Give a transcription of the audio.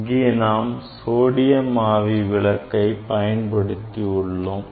இங்கே நாம் சோடியம் ஆவி ஒளிவிளக்கை பயன்படுத்தியுள்ளோம்